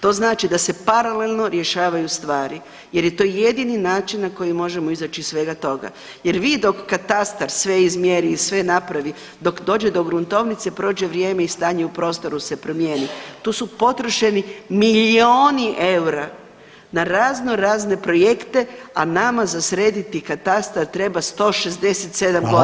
To znači da se paralelno rješavaju stvari jer je to jedini način na koji možemo izaći iz svega toga jer vi dok katastar sve izmjeri i sve napravi dok dođe do gruntovnice prođe vrijeme i stanje u prostoru se promijeni, tu su potrošeni milijuni eura na razno razne projekte, a nama za srediti katastar treba 167.g. ljudi.